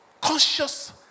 conscious